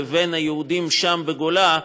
לבין היהודים שם בגולה,